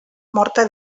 morta